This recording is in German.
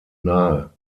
nahe